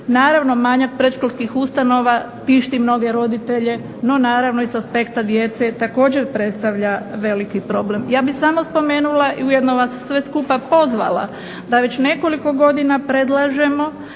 Naravno manjak predškolskih ustanova tišti mnoge roditelje no naravno sa aspekta djece također predstavlja veliki problem. ja bih samo spomenula i ujedno vas sve skupa pozvala da već nekoliko godina predlažemo